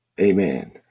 Amen